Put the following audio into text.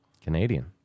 Canadian